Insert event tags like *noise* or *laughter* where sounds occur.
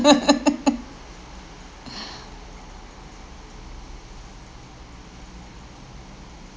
*laughs* *breath*